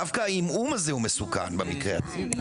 דווקא העמעום הזה הוא מסוכן במקרה הזה.